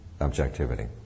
objectivity